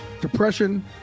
depression